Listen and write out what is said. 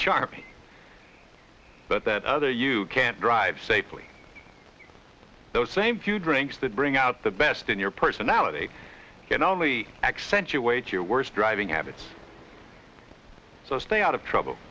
charlie but that other you can't drive safely those same few drinks that bring out the best in your personality can only accentuate your worst driving habits so stay out of trouble